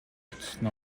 очсон